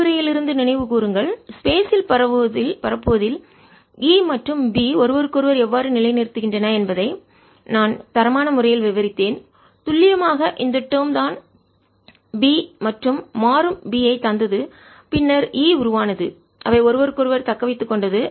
விரிவுரையிலிருந்து நினைவுகூருங்கள் ஸ்பேஸ் இல் பரப்புவதில் E மற்றும் B ஒருவருக்கொருவர் எவ்வாறு நிலைநிறுத்துகின்றன என்பதை நான் தரமான முறையில் விவரித்தேன் துல்லியமாக இந்த டேர்ம் தான் B மற்றும் மாறும் B ஐ தந்தது பின்னர் E உருவானது அவை ஒருவருக்கொருவர் தக்கவைத்துக்கொண்டது